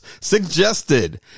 suggested